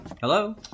Hello